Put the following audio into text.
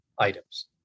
items